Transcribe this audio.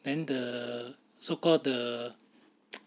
then the so called the